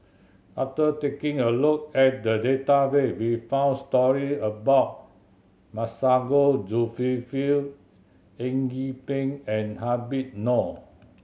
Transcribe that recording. after taking a look at the database we found story about Masago Zulkifli Eng Yee Peng and Habib Noh